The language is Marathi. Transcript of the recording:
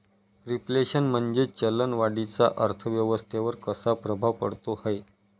रिफ्लेशन म्हणजे चलन वाढीचा अर्थव्यवस्थेवर कसा प्रभाव पडतो है?